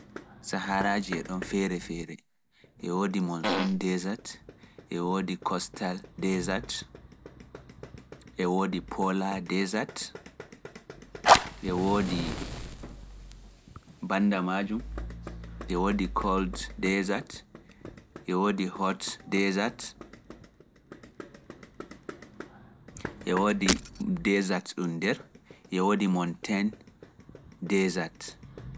E wodi sahara mosun, coastal dezat, dezat polar, dezat pewdum, dezat powdum. Dezat dum kocceeje